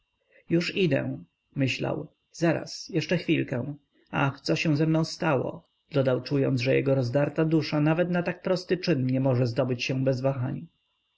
już idę myślał zaraz jeszcze chwilkę ach co się ze mną stało dodał czując że jego rozdarta dusza nawet na tak prosty czyn nie może zdobyć się bez wahań